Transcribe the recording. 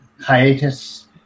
hiatus